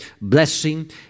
Blessing